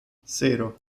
cero